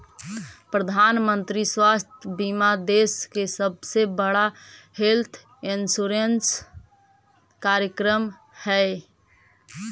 प्रधानमंत्री स्वास्थ्य बीमा देश के सबसे बड़ा हेल्थ इंश्योरेंस कार्यक्रम हई